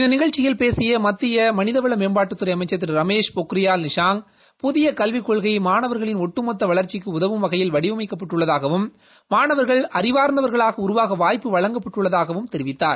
இந்த நிகழ்ச்சியில் பேசிய மத்திய கல்வித்துறை அமைச்சர் திரு ரமேஷ் பொக்ரியால் நிஷாங் புதிய கல்விக் கொள்கை மாணவர்ளின் ஒட்டுமொத்த வளர்ச்சிக்கு உதவும் வகையில் வடிவமைக்கப்பட்டுள்ளதாகவும் மாணவர்கள் அறிவார்ந்தவர்களாக உருவாக வாய்ப்பு வழங்கப் பட்டுள்ளதாகவும் தெரிவித்தார்